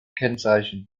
gekennzeichnet